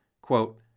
Quote